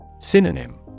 Synonym